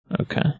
Okay